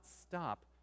stop